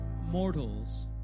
mortals